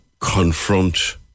confront